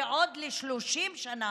ועוד ל-30 שנה,